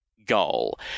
Goal